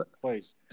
please